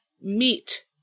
Meat